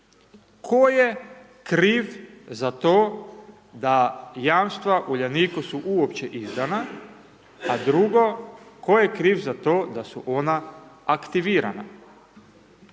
tko je kriv za to da jamstva Uljaniku su uopće izdana, a drugo tko je kriv za to da su ona aktivirana?